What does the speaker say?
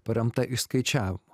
paremta išskaičiavimu